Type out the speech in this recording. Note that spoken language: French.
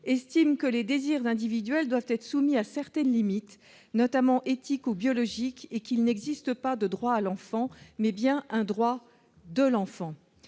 estime que les désirs individuels doivent être soumis à certaines limites, notamment éthiques ou biologiques, et qu'il n'existe pas de droit à l'enfant, mais bien un droit de l'enfant.